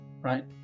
right